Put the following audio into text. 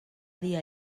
dia